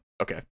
Okay